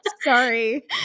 sorry